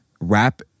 rap